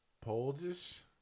Polish